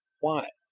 why?